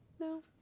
No